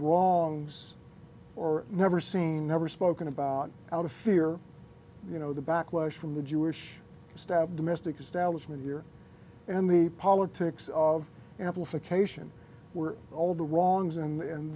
wrong or never seen never spoken about out of fear you know the backlash from the jewish stat domestic establishment here and the politics of amplification were all the wrongs and